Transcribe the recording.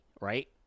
right